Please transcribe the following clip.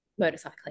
motorcycling